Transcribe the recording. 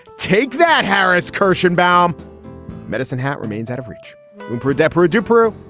take that harris coercion bound medicine hat remains out of reach for deborah duper.